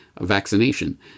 vaccination